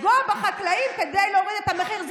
לפגוע בחקלאים כדי להוריד את המחיר.